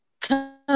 come